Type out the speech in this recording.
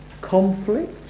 conflict